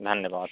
धन्यवाद